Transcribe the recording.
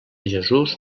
jesús